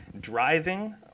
driving